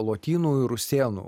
lotynų rusėnų